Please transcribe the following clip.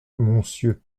monsieur